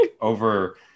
over